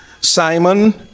Simon